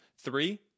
three